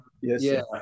Yes